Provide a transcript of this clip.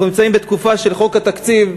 אנחנו נמצאים בתקופה של חוק התקציב.